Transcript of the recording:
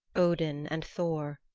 odin and thor,